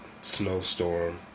snowstorm